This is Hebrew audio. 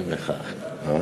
חבר הכנסת מזרחי, בבקשה, הבמה